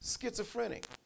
schizophrenic